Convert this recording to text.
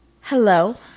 Hello